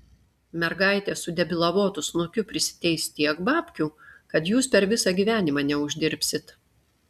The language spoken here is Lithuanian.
mergaitė su debilavotu snukiu prisiteis tiek babkių kad jūs per visą gyvenimą neuždirbsit